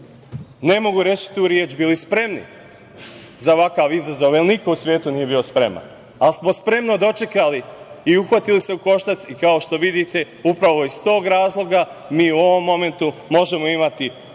ne mogu reći tu reč, bili spremni za ovakav izazov, jer niko u svetu nije bio spreman, ali smo spremno dočekali i uhvatili se u koštac i, kao što vidite, upravo iz tog razloga mi u ovom momentu možemo imati